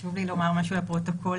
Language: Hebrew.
חשוב לי לומר משהו לפרוטוקול.